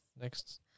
Next